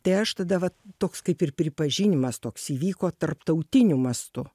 tai aš tada va toks kaip ir pripažinimas toks įvyko tarptautiniu mastu